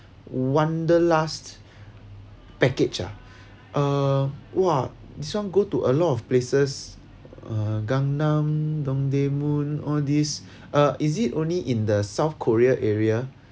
wanderlust package ah uh !wah! this one go to a lot of places uh gangnam dongdaemun all these uh is it only in the south korea area